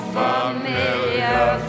familiar